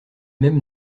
mêmes